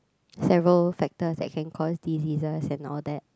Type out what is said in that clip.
several factors that can cause diseases and all that